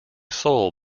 soul